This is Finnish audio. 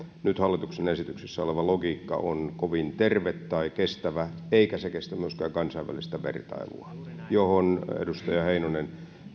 nyt hallituksen esityksessä oleva logiikka on kovin terve tai kestävä eikä se kestä myöskään kansainvälistä vertailua mihin edustaja heinonen